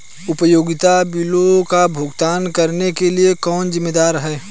उपयोगिता बिलों का भुगतान करने के लिए कौन जिम्मेदार है?